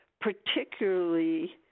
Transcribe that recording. particularly